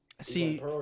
See